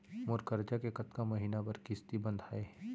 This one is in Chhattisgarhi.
मोर करजा के कतका महीना बर किस्ती बंधाये हे?